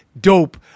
dope